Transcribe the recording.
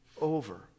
over